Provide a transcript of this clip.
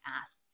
asked